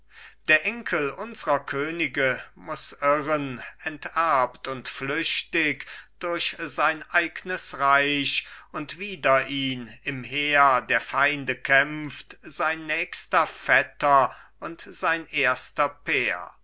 der enkel unsrer könige muß irren enterbt und flüchtig durch sein eignes reich und wider ihn im heer der feinde kämpft sein nächster vetter und sein erster pair